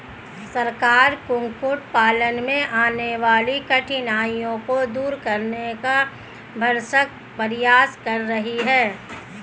सरकार कुक्कुट पालन में आने वाली कठिनाइयों को दूर करने का भरसक प्रयास कर रही है